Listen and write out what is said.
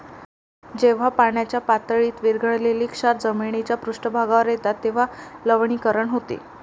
जेव्हा पाण्याच्या पातळीत विरघळलेले क्षार जमिनीच्या पृष्ठभागावर येतात तेव्हा लवणीकरण होते